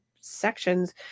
sections